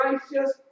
gracious